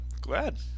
Glad